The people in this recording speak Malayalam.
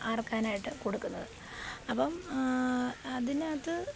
അറക്കാനായിട്ട് കൊടുക്കുന്നത് അപ്പം അതിനകത്ത്